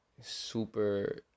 super